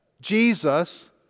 Jesus